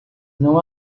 não